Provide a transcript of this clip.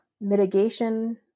mitigation